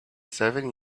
seven